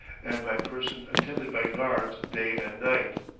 and my person attended by guards day and night.